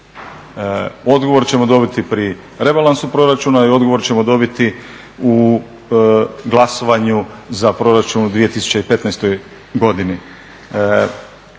Odgovor ćemo dobiti pri rebalansu proračuna i odgovor ćemo dobiti u glasovanju za proračun u 2015.godini.